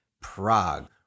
Prague